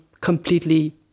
completely